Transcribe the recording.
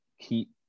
keep